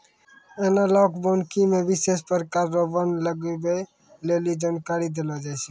एनालाँक वानिकी मे विशेष प्रकार रो वन लगबै लेली जानकारी देलो जाय छै